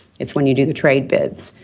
it's when you do the trade bids.